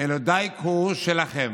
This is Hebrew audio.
אלא זיקו הוא שלכם,